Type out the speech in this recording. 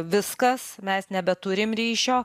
viskas mes nebeturim ryšio